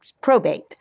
probate